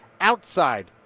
outside